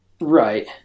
Right